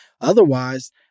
Otherwise